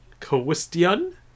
Question